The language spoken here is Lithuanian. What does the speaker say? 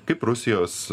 kaip rusijos